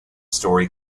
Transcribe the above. story